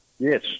Yes